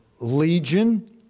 Legion